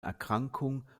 erkrankung